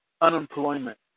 unemployment